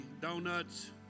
donuts